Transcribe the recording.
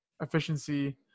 Efficiency